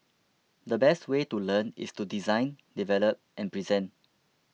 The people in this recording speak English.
the best way to learn is to design develop and present